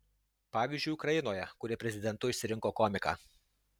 pavyzdžiui ukrainoje kuri prezidentu išsirinko komiką